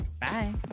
Bye